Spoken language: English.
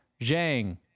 Zhang